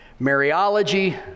Mariology